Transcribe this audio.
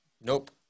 Nope